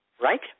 Right